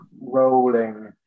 rolling